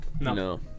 No